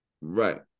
Right